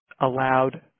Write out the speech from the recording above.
allowed